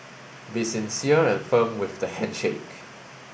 be sincere and firm with the handshake